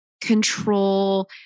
control